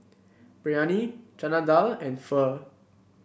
Biryani Chana Dal and Pho